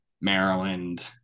Maryland